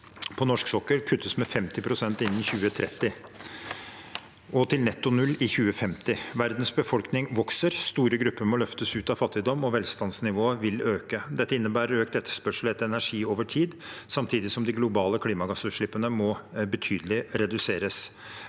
på norsk sokkel kuttes med 50 prosent innen 2030 og til netto null i 2050». Verdens befolkning vokser, store grupper må løftes ut av fattigdom, og velstandsnivået vil øke. Dette inne bærer økt etterspørsel etter energi over tid, samtidig som de globale klimagassutslippene må reduseres